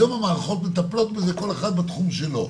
היום המערכות מטפלות בזה, כל אחד בתחום שלו.